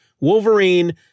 Wolverine